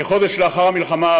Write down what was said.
כחודש לאחר המלחמה,